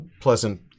pleasant